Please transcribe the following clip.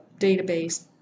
database